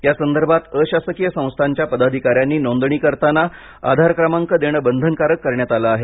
यासंदर्भात अशासकीय संस्थांच्या पदाधिकाऱ्यांनी नोंदणी करताना आधार क्रमांक देणं बंधनकारक करण्यात आलं आहे